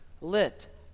lit